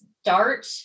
start